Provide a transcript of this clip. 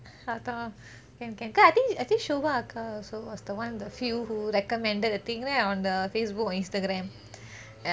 அதான்:athaan can can because I think I think shoba அக்கா:akka also was the one the few who recommended the thing right on the err Facebook or Instagram